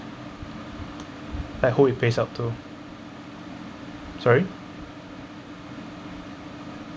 like who will pays out to sorry